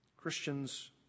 Christians